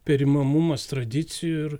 perimamumas tradicijų ir